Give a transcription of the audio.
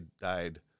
died